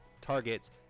targets